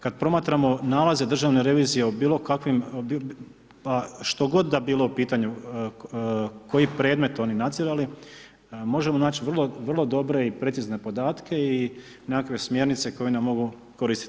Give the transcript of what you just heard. Kada promatramo nalaze državne revizije, o bilo kakvim, što god da bilo u pitanju koji predmet oni nadzirali, možemo naći vrlo dobre i precizne podatke i nekakve smjernice koje mogu koristiti.